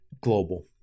global